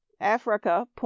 Africa